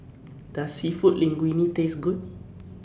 Does Seafood Linguine Taste Good